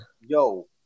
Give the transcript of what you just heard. yo